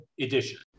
edition